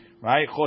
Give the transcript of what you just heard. Right